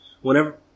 whenever